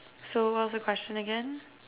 so what was the question again